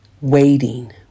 waiting